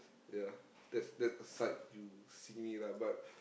ya that's that side you see me lah but